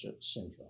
syndrome